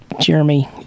Jeremy